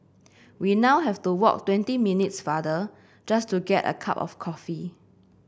we now have to walk twenty minutes farther just to get a cup of coffee